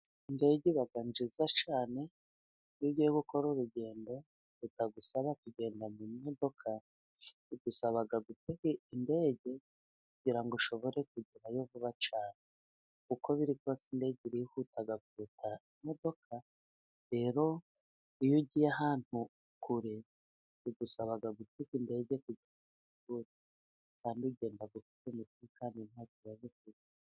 Indege iba nziza cyane, iyo ugiye gukora urugendo rutagusaba kugenda mu modoka, bigusaba gutega indege, kugirango ushobore kugerayo vuba cyane, uko biri kose indege irihuta kuruta imodoka, rero iyo ugiye ahantu kure bigusaba gutega indege kugira ngo ugereyo vuba, kandi ugenda ufite umutekano nta kibazo ufite.